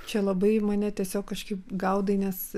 čia labai mane tiesiog kažkaip gaudai nes